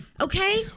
Okay